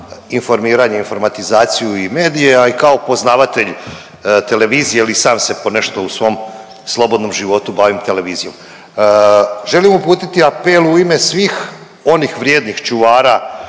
informiranje, informatizaciju i medije, a i kao poznavatelj televizije jel i sam se ponešto u svom slobodnom životu bavim televizijom. Želim uputiti apel u ime svih onih vrijednih čuvara